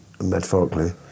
metaphorically